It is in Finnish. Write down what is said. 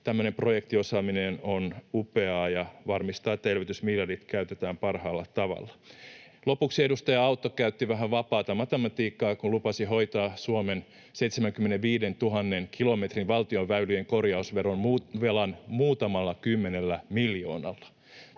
Tämmöinen projektiosaaminen on upeaa, ja se varmistaa, että elvytysmiljardit käytetään parhaalla tavalla. Lopuksi edustaja Autto käytti vähän vapaata matematiikkaa, kun lupasi hoitaa Suomen 75 000 kilometrin valtionväylien korjausvelan muutamalla kymmenellä miljoonalla.